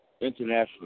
International